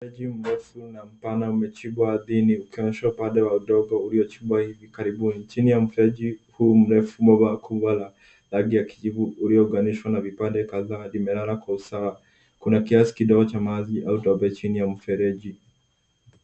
Mfereji mrefu na mpana umechimbwa ardhini ukionyesha upande wa udongo uliochimbwa hivi karibuni. Chini ya mfereji huu mrefu bomba kubwa la rangi ya kijivu uliounganishwa na vipande kadhaa limelala kwa usawa. Kuna kiasi kidogo cha maji au tope chini ya mfereji.